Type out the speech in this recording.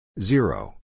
Zero